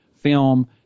film